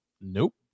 nope